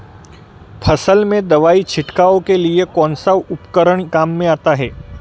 फसल में दवाई छिड़काव के लिए कौनसा उपकरण काम में आता है?